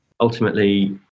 Ultimately